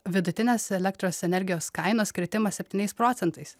vidutinės elektros energijos kainos kritimą septyniais procentais